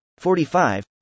45